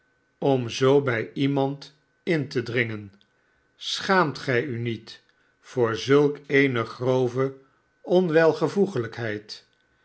om bij iemand in te dringen schaamt gij u niet voor zulk eene grove